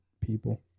people